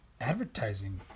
advertising